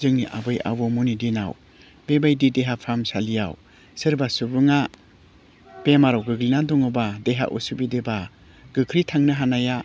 जोंनि आबै आबौमोनि दिनाव बेबायदि देहा फाहामसालियाव सोरबा सुबुङा बेमार गोग्लैना दङबा देहा उसुबिदाबा गोख्रै थांनो हानाया